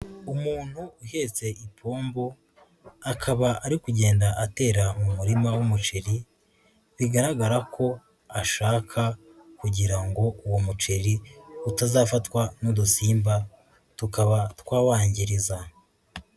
Umuntu uhetse ipombo akaba ari kugenda atera mu murima w'umuceri bigaragara ko ashaka kugira ngo uwo muceri utazafatwa n'udusimba tukaba twawangiriza.